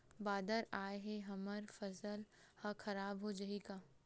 बादर आय ले हमर फसल ह खराब हो जाहि का?